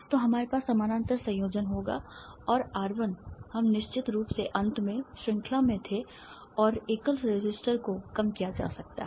तो हमारे पास समानांतर संयोजन होगा और आर 1 हम निश्चित रूप से अंत में ये श्रृंखला में थे और एकल रेसिस्टर को कम किया जा सकता है